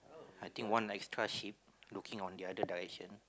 I think one nice extra ship looking on the other direction